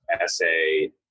essay